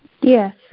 yes